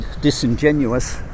disingenuous